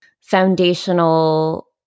foundational